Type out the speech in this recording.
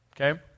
Okay